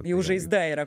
jau žaizda yra